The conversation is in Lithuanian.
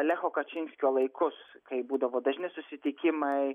lecho kačinskio laikus kai būdavo dažni susitikimai